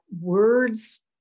words